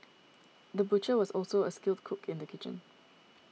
the butcher was also a skilled cook in the kitchen